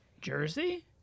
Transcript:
Jersey